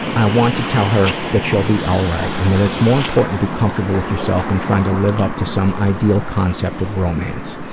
i want to tell her that she'll be all right, and that it's more important be comfortable with yourself than trying to live up to some ideal concept of romance.